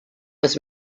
was